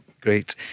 great